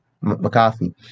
McCarthy